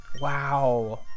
Wow